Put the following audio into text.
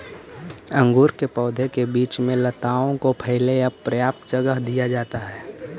अंगूर के पौधों के बीच में लताओं को फैले ला पर्याप्त जगह दिया जाता है